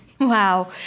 Wow